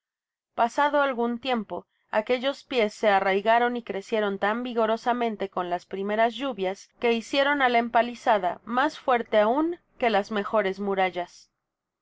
pasado algun tiempo aquellos pies se arraigaren y crecieron tan vigorosamente con las primeras lluvias que hicieron á la empalizada mas fuerte aun que las mejore murallas